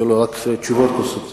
יהיו לו רק תשובות קונסטרוקטיביות.